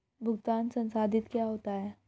भुगतान संसाधित क्या होता है?